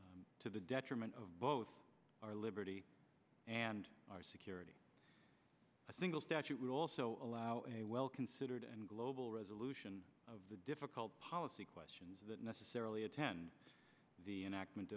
to the detriment of both our liberty and our security a single statute would also allow a well considered and global resolution of the difficult policy questions that necessarily attend the enac